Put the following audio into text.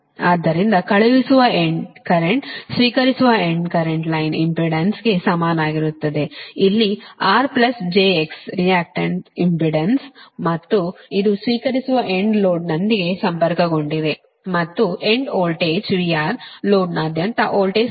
ಆದ್ದರಿಂದ ಕಳುಹಿಸುವ end current ಸ್ವೀಕರಿಸುವ ಎಂಡ್ ಕರೆಂಟ್ ಲೈನ್ ಇಂಪೆಡೆನ್ಸ್ಗೆ ಸಮಾನವಾಗಿರುತ್ತದೆ ಇಲ್ಲಿ R jX ರಿಯಾಕ್ಟಂಟ್ ಇಂಪೆಡೆನ್ಸ್ ಮತ್ತು ಇದು ಸ್ವೀಕರಿಸುವ ಎಂಡ್ ಲೋಡ್ನೊಂದಿಗೆ ಸಂಪರ್ಕಗೊಂಡಿದೆ ಮತ್ತು ಎಂಡ್ ವೋಲ್ಟೇಜ್ VR ಲೋಡ್ನಾದ್ಯಂತ ವೋಲ್ಟೇಜ್ ಸ್ವೀಕರಿಸುತ್ತಿದೆ